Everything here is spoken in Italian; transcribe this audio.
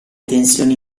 tensioni